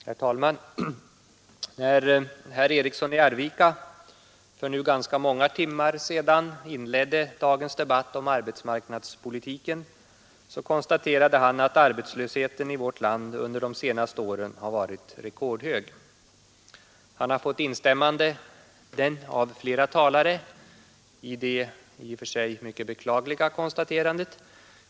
Herr talman! När herr Eriksson i Arvika för nu ganska många timmar sedan inledde dagens debatt om arbetsmarknadspolitiken, konstaterade han att arbetslösheten i vårt land under de senaste åren varit rekordhög. Han har fått instämmanden av flera talare i detta i och för sig mycket beklagliga konstaterande.